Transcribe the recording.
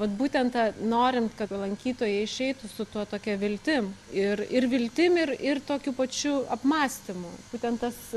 vat būtent norim kad lankytojai išeitų su tuo tokia viltim ir ir viltim ir ir tokiu pačiu apmąstymu būtent tas